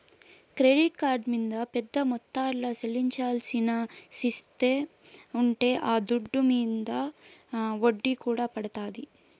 credit card మింద పెద్ద మొత్తంల చెల్లించాల్సిన స్తితే ఉంటే ఆ దుడ్డు మింద ఒడ్డీ కూడా పడతాది